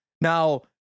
Now